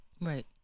Right